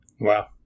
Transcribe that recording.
Wow